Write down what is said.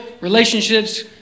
relationships